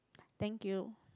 thank you